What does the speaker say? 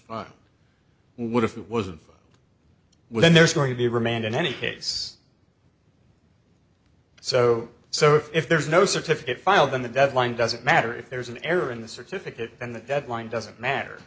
was what if it wasn't for when there's going to remand in any case so so if there is no certificate file then the deadline doesn't matter if there's an error in the certificate and the deadline doesn't matter